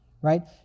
right